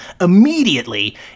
immediately